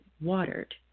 watered